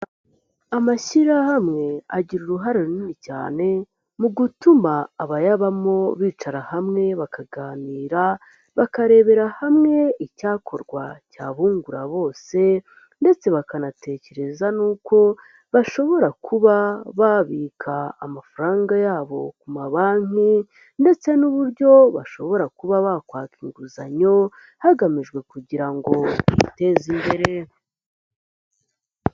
Amashyirahamwe agira uruhare runini cyane mu gutuma abayabamo bicara hamwe bakaganira bakarebera hamwe icyakorwa cyabungura bose ndetse bakanatekereza n'uko bashobora kuba babika amafaranga yabo ku mabanki ndetse n'uburyo bashobora kuba bakwaka inguzanyo hagamijwe kugira ngo biteze imbere.